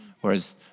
whereas